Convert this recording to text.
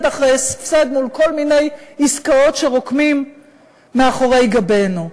אחרי הפסד מול כל מיני עסקאות שרוקמים מאחורי גבנו.